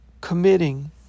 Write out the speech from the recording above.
committing